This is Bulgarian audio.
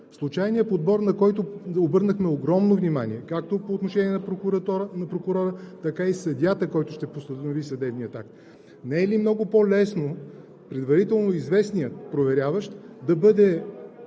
случайният подбор, на който обърнахме огромно внимание както по отношение на прокурора, така и съдията, който ще постанови съдебния акт? Не е ли много по-лесно предварително известният проверяващ да бъде